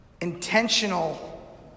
Intentional